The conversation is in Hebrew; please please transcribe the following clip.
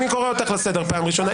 אני קורא אותך לסדר פעם ראשונה.